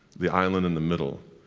the island in the middle,